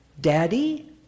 Daddy